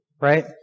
right